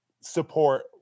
support